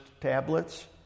tablets